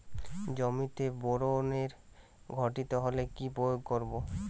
জমিতে বোরনের ঘাটতি হলে কি প্রয়োগ করব?